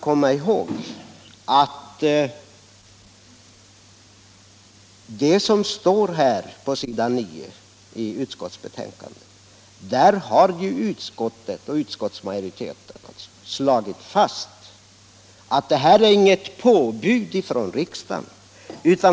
På s. 9 i betänkandet har utskottsmajoriteten slagit fast att det inte är fråga om ett påbud från riksdagen.